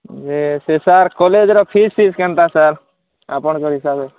ୟେ ସାର୍ ସେ କଲେଜ୍ର ଫିଜ୍ ଫିଜ୍ କେନ୍ତା ସାର୍ ଆପଣଙ୍କ ହିସାବ୍ରେ